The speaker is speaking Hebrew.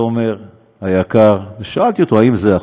תומר היקר, ושאלתי אותו, האם זה החוק?